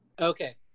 Okay